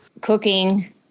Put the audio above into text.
Cooking